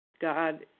God